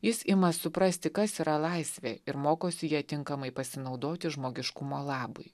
jis ima suprasti kas yra laisvė ir mokosi ja tinkamai pasinaudoti žmogiškumo labui